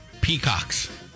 Peacocks